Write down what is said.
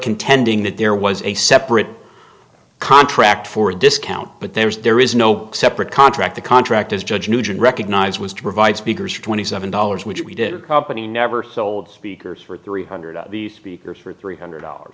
contending that there was a separate contract for a discount but there is there is no separate contract the contract is judge nugent recognize was to provide speakers for twenty seven dollars which we did but he never sold speakers for three hundred of these speakers for three hundred dollars